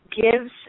gives